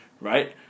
right